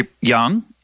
young